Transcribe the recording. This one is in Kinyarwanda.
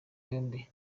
yombi